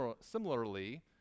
Similarly